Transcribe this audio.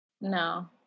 No